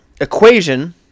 equation